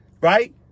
Right